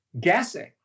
guessing